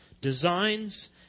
designs